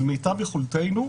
אבל מיטב יכולתנו,